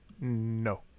No